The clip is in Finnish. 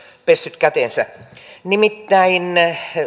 pessyt kätensä nimittäin